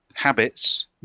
habits